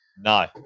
No